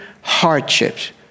hardships